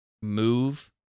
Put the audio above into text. move